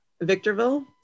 Victorville